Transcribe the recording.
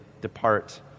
depart